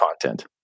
content